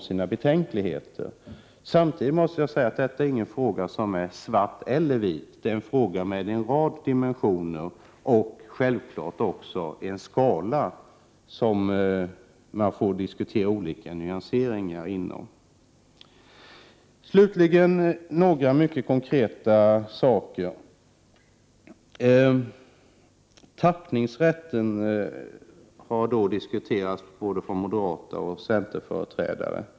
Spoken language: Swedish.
Samtidigt måste jag säga att detta inte kan ses i svart eller vitt — det är en fråga med olika dimensioner och där man kan tänka sig olika ståndpunkter längs en skala; man får självfallet diskutera olika nyanser i de ställningstagandena. Slutligen några mycket konkreta saker. Tappningsrätten har diskuterats av både moderater och centerpartister.